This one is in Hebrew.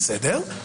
בסדר.